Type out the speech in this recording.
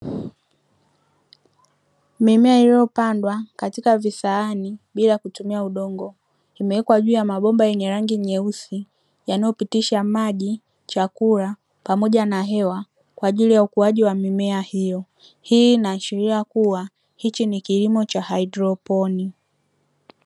Mimea iliyopandwa katika visahani bila kutumia udongo, vimewekwa juu ya mabomba yenye rangi nyeusi yanayopitisha maji, chakula pamoja na hewa kwa ajili ya ukuaji wa mimea hiyo. Hii inaashiria kuwa hiki ni kilimo cha haidroponi.